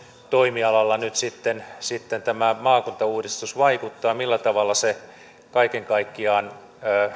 toimialalla nyt sitten sitten tämä maakuntauudistus vaikuttaa millä tavalla se kaiken kaikkiaan